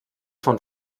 von